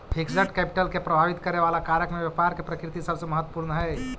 fixed capital के प्रभावित करे वाला कारक में व्यापार के प्रकृति सबसे महत्वपूर्ण हई